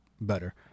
better